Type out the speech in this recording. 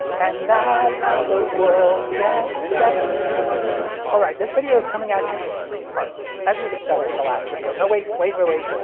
and that's how the world gets better alright, this video is coming at you in three parts. as we discussed in the last video no wait, wait wait wait.